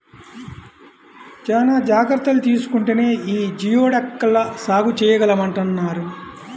చానా జాగర్తలు తీసుకుంటేనే యీ జియోడక్ ల సాగు చేయగలమంటన్నారు